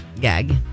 gag